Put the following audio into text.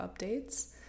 updates